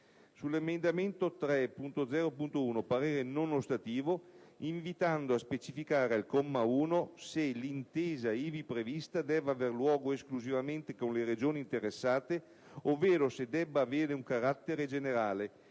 sull'emendamento 3.0.1 parere non ostativo, invitando a specificare, al comma 1, se l'intesa ivi prevista debba aver luogo esclusivamente con le Regioni interessate ovvero se debba avere un carattere generale;